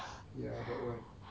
ya that one